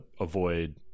avoid